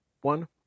one